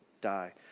die